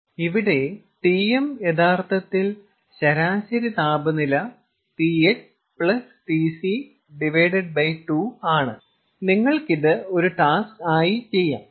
ഇവിടെ Tm യഥാർത്ഥത്തിൽ ശരാശരി താപനില THTC2 ആണ് നിങ്ങൾക്കിത് ഒരു ടാസ്ക് ആയി ചെയ്യാം